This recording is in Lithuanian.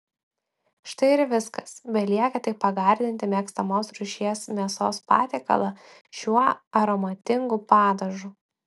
štai ir viskas belieka tik pagardinti mėgstamos rūšies mėsos patiekalą šiuo aromatingu padažu